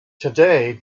today